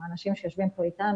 עם האנשים שיושבים כאן אתנו,